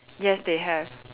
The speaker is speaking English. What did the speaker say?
yes they have